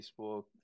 Facebook